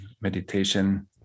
meditation